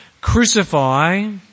crucify